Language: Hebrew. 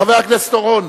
חבר הכנסת אורון,